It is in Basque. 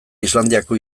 islandiako